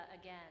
again